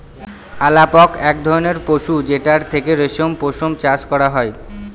আলাপক এক ধরনের পশু যেটার থেকে রেশম পশম চাষ করা হয়